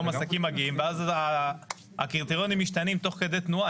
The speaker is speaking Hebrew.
היום עסקים מגיעים ואז הקריטריונים משתנים תוך כדי תנועה.